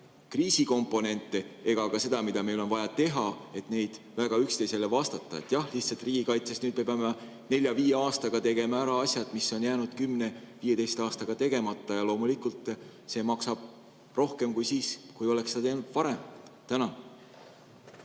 kriisikomponente ega ka seda, mida meil on vaja teha, väga üksteisele [vastandada]. Lihtsalt riigikaitses me peame nüüd 4–5 aastaga tegema ära asjad, mis on jäänud 10–15 aastaga tegemata, ja loomulikult see maksab rohkem kui siis, kui oleksime seda teinud varem. Jaa,